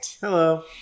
Hello